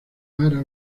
para